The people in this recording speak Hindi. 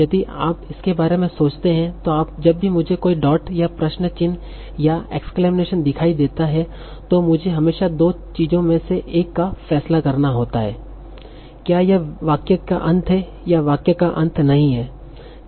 यदि आप इसके बारे में सोचते हैं तो जब भी मुझे कोई डॉट या प्रश्न चिह्न या एक्सक्लैमशन दिखाई देता है तो मुझे हमेशा दो चीजों में से एक का फैसला करना होता है क्या यह वाक्य का अंत है या वाक्य का अंत नहीं है